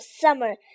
summer